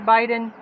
Biden